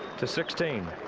to sixteen